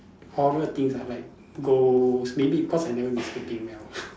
horror things ah like ghost maybe because I've never been sleeping well